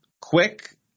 quick